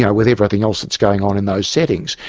yeah with everything else that's going on in those settings.